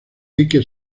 dique